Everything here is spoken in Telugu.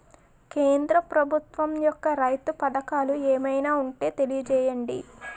కేంద్ర ప్రభుత్వం యెక్క రైతు పథకాలు ఏమైనా ఉంటే తెలియజేయండి?